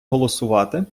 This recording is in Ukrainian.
голосувати